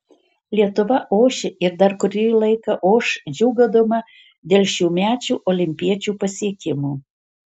lietuva ošia ir dar kurį laiką oš džiūgaudama dėl šiųmečių olimpiečių pasiekimų